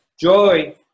joy